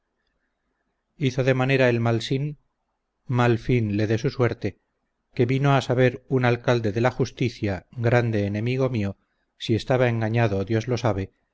hizo de manera el malsín mal fin le dé su suerte que vino a saber un alcalde de la justicia grande enemigo mío si estaba engañado dios lo sabe